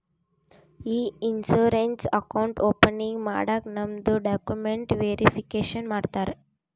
E insurance account opening ಮಾಡಾಗ್ ನಮ್ದು documents verification ಮಾಡ್ತಾರ